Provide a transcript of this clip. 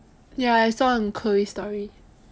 ya I saw on chloe's story